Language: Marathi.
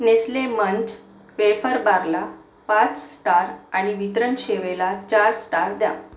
नेस्ले मंच पेफर बारला पाच स्टार आणि वितरण सेवेला चार स्टार द्या